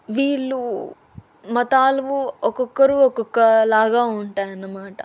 వీళ్ళు మతాలు ఒకొక్కరు ఒకొక్కలాగా ఉంటాయి అనమాట